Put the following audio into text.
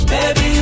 Baby